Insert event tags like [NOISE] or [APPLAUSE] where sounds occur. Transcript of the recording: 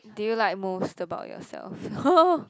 did you like most about yourself [NOISE]